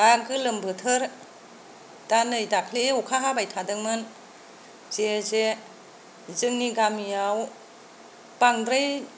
दा गोलोम बोथोर दा नै दाख्लि अखा हाबाय थादोंमोन जे जे जोंनि गामियाव बांद्राय